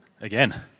Again